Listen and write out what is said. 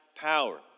power